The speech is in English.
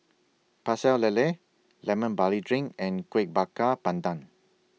Pecel Lele Lemon Barley Drink and Kueh Bakar Pandan